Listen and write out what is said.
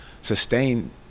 sustain